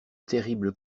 terribles